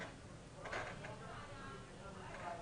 דרך אגב, חֻפֵּי כינרת,